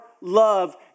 love